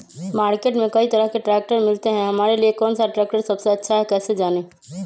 Market में कई तरह के ट्रैक्टर मिलते हैं हमारे लिए कौन सा ट्रैक्टर सबसे अच्छा है कैसे जाने?